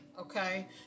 Okay